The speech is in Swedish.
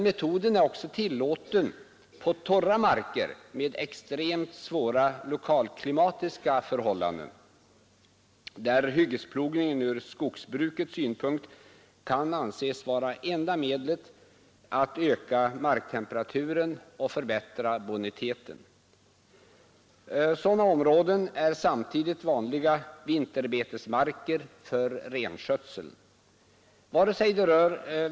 Metoden är också tillåten på torra marker med extremt svåra lokalklimatiska förhållanden, där hyggesplogning ur skogsbrukets synpunkt kan anses vara enda medlet att öka marktemperaturen och förbättra boniteten. Sådana områden är samtidigt vanliga vinterbetesmarker inom renskötseln.